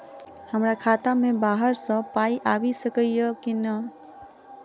हमरा खाता मे बाहर सऽ पाई आबि सकइय की नहि?